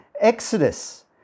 Exodus